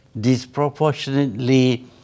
disproportionately